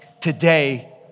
Today